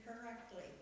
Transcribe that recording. correctly